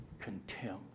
contempt